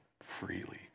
freely